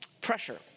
Pressure